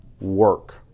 work